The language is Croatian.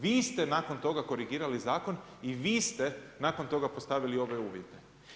Vi ste nakon toga korigirali zakon i vi ste nakon toga postavili ove uvjete.